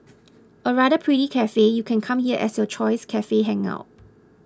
a rather pretty cafe you can come here as your choice cafe hangout